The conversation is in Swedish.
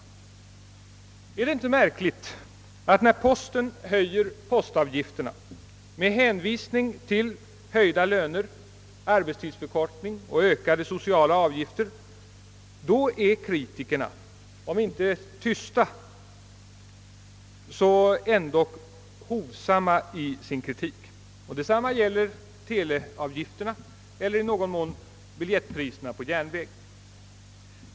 Förefaller det inte märkligt att när postavgifterna höjs med hänvisning till ökade löner, förkortad arbetstid och höjda sociala avgifter, då är kritikerna om inte tysta så dock hovsamma. Detsamma gäller teleavgifterna och i viss mån biljettpriserna på järnväg.